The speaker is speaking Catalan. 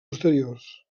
posteriors